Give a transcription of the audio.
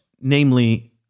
namely